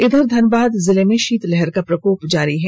इधर धनबाद जिले में शीतलहर का प्रकोप जारी है